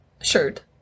Shirt